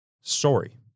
story